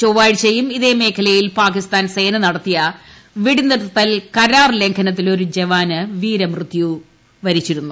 ചൊവ്വാഴ്ചയും ഇതേമേഖലയിൽ പാകിസ്ഥാൻ സേന നടത്തിയ വെടിനിർത്തൽ കരാർ ലംഘനത്തിൽ ഒരുജവാൻ വീരമൃത്യു വരിച്ചിരുന്നു